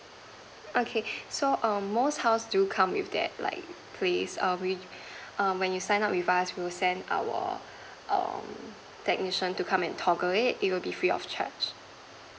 okay so um most house do come with that like place err we err when you sign up with us we will send our um technician to come and toggle it it will be free of charge